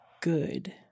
good